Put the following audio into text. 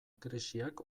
krisiak